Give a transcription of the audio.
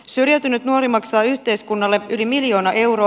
syrjäytynyt nuori maksaa yhteiskunnalle yli miljoona euroa